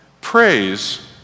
praise